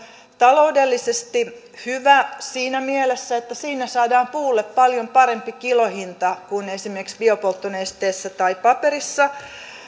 taloudellisesti hyvä siinä mielessä että siinä saadaan puulle paljon parempi kilohinta kuin esimerkiksi biopolttonesteessä tai paperissa